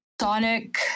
sonic